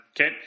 Okay